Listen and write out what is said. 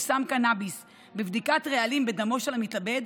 סם קנביס בבדיקת רעלים בדמו של המתאבד